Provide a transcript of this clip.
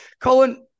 Colin